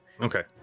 okay